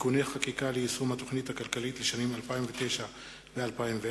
(תיקוני חקיקה ליישום התוכנית הכלכלית לשנים 2009 ו-2010),